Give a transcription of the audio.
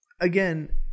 again